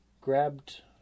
grabbed